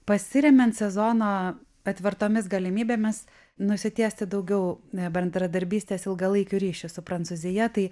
pasiremiant sezono atvertomis galimybėmis nusitiesti daugiau bendradarbystės ilgalaikių ryšių su prancūzija tai